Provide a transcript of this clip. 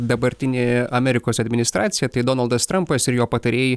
dabartinė amerikos administracija tai donaldas trampas ir jo patarėjai